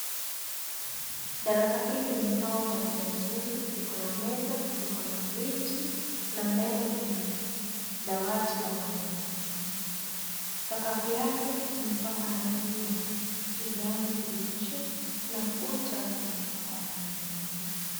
Darasa hili limepangwa kwa njia nzuri, iko na meza liko na viti na mbele kuna dawati la mwalimu. Sakafu yake imepakwa rangi ya kijani kibichi na ukuta umepakwa rangi nyeupe.